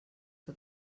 que